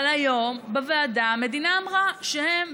אבל היום בוועדה המדינה אמרה שהם,